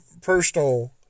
personal